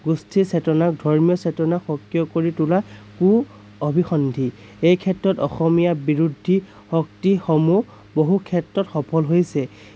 গোষ্ঠী চেতনা ধৰ্মীয় চেতনা সক্ৰিয় কৰি তোলা কু অভিসন্ধি এই ক্ষেত্ৰত অসমীয়া বিৰোধী শক্তিসমূহ বহু ক্ষেত্ৰত সফল হৈছে